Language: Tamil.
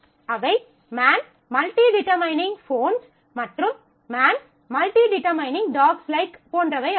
அவை மேன் மல்டி டிடெர்மினிங் ஃபோன்ஸ் மற்றும் man multi determining dogs likes dogs likes போன்றவை ஆகும்